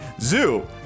zoo